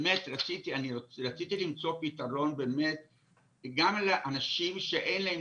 באמת רציתי למצוא פתרון גם לאנשים שאין להם